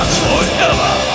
Forever